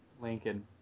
Lincoln